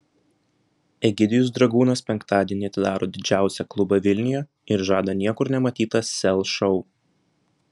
egidijus dragūnas penktadienį atidaro didžiausią klubą vilniuje ir žada niekur nematytą sel šou